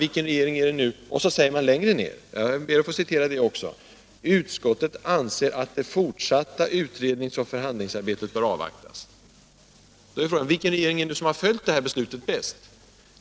Längre ned på s. 18 i betänkandet skriver utskottet följande, som jag också ber att få citera: ”Under hänvisning till det anförda och då utskottet anser det fortsatta utredningsoch förhandlingsarbetet böra avvaktas anser utskottet ——=.” Då är frågan vilken regering det är som har följt detta beslut bäst.